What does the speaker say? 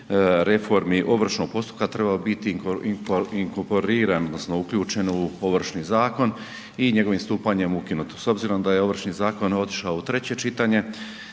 reformi ovršnog postupka trebao biti inkorporiran odnosno uključen u Ovršni zakon i njegovim stupanjem ukinut. S obzirom da je Ovršni zakon otišao u treće čitanje,